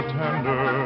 tender